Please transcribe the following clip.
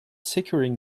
securing